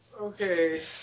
Okay